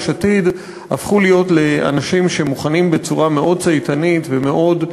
יש עתיד הפכו להיות לאנשים שמוכנים בצורה מאוד צייתנית ומאוד,